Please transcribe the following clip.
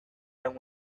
and